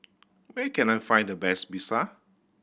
where can I find the best Pizza